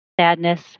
sadness